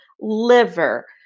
liver